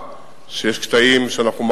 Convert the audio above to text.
גם בכביש הערבה,